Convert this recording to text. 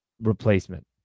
replacement